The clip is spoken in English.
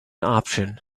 option